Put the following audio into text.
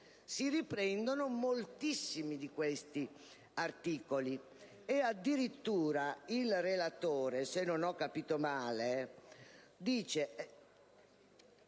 si riprendono moltissime di queste norme. Addirittura il relatore, se non ho capito male, afferma